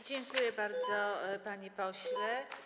Dziękuję bardzo, panie pośle.